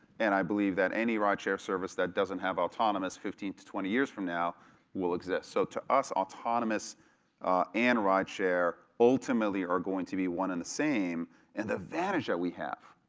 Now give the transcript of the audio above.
and i believe that any rideshare service that doesn't have autonomous fifteen to twenty years from now will exist. so to us, autonomous and rideshare ultimately are going to be one and the same and the advantage that we have.